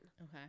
Okay